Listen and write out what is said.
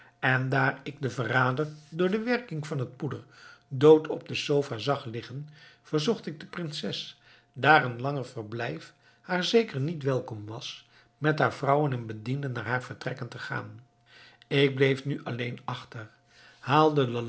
en daar ik den verrader door de werking van het poeder dood op de sofa zag liggen verzocht ik de prinses daar een langer verblijf haar zeker niet welkom was met haar vrouwen en bedienden naar haar vertrekken te gaan ik bleef nu alleen achter haalde